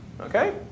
Okay